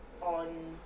on